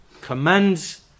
commands